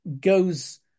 goes